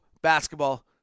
basketball